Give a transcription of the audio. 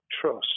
trust